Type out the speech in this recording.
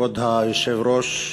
כבוד היושב-ראש,